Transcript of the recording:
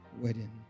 wedding